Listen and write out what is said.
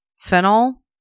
phenol